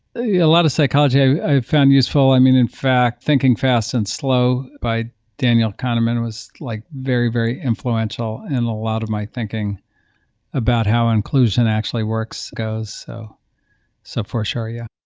a a lot of psychology i found useful. i mean, in fact, thinking, fast and slow by daniel kahneman was like very, very influential in a lot of my thinking about how inclusion actually works, goes. so so for sure. yeah